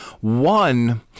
One